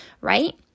Right